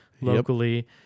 locally